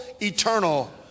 eternal